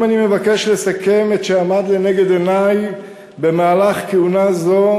אם אני מבקש לסכם את שעמד לנגד עיני במהלך כהונה זו,